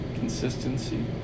consistency